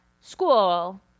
school